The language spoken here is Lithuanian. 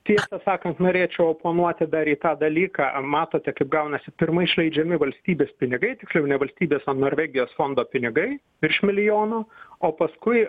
tiesą sakant norėčiau oponuoti daryti tą dalyką matote kaip gaunasi pirma išleidžiami valstybės pinigai tiksliau ne valstybės o norvegijos fondo pinigai virš milijono o paskui